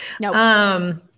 No